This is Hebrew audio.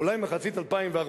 אולי עד אמצע 2014,